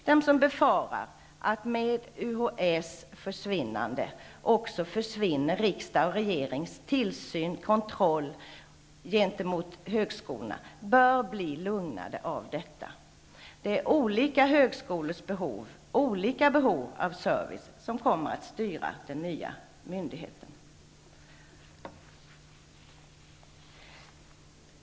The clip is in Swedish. De som befarar att riksdagens och regeringens tillsyn och kontroll beträffande högskolorna försvinner i och med att UHÄ försvinner bör bli lugnade av detta. Det är olika högskolors behov och olika behov av service som kommer att styra den nya myndigheten.